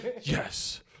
Yes